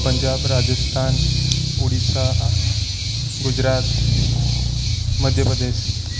Punjab Rajasthan Orissa Gujarat Madhya Pradesh